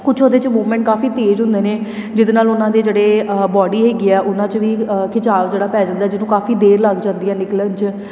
ਕੁਛ ਉਹਦੇ 'ਚ ਮੂਵਮੈਂਟ ਕਾਫੀ ਤੇਜ਼ ਹੁੰਦੇ ਨੇ ਜਿਹਦੇ ਨਾਲ ਉਹਨਾਂ ਦੇ ਜਿਹੜੇ ਬੋਡੀ ਹੈਗੀ ਆ ਉਹਨਾਂ 'ਚ ਵੀ ਖਿਚਾਉ ਜਿਹੜਾ ਪੈ ਜਾਂਦਾ ਜਿਹਨੂੰ ਕਾਫੀ ਦੇਰ ਲੱਗ ਜਾਂਦੀ ਹੈ ਨਿਕਲਣ 'ਚ